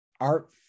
art